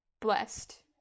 blessed